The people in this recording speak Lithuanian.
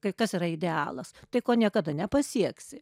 kai kas yra idealas tai ko niekada nepasieksi